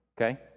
okay